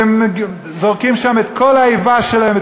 והם זורקים שם את כל האיבה שלהם,